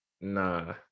Nah